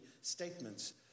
statements